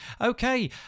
Okay